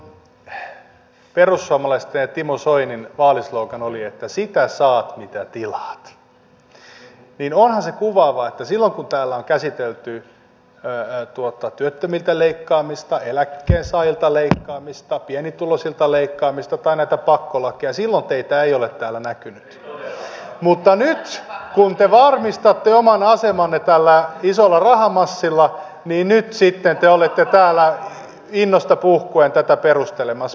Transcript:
kun perussuomalaisten ja timo soinin vaalislogan oli että sitä saat mitä tilaat niin onhan se kuvaavaa että kun täällä on käsitelty työttömiltä leikkaamista eläkkeensaajilta leikkaamista pienituloisilta leikkaamista tai näitä pakkolakeja silloin teitä ei ole täällä näkynyt mutta nyt kun te varmistatte oman asemanne tällä isolla rahamassilla niin sitten te olette täällä innosta puhkuen tätä perustelemassa